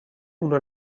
una